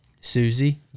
Susie